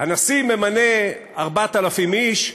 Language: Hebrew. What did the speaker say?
הנשיא ממנה 4,000 איש,